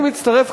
אני מצטרף,